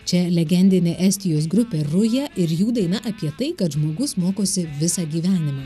čia legendinė estijos grupė ruja ir jų daina apie tai kad žmogus mokosi visą gyvenimą